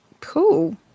cool